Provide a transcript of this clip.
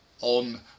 on